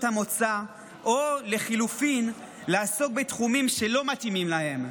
המוצא או לחלופין לעסוק בתחומים שלא מתאימים להם.